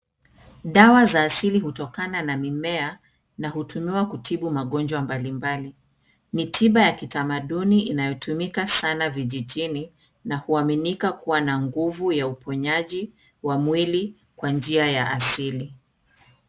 Dawa za asili hutokana na mimea na hutumiwa kutibu magonjwa mbali mbali. Ni tiba ya kitamaduni inayotumika sana vijijini na huaminika kua na nguvu ya uponyaji wa mwili kwa njia ya asili.